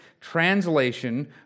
translation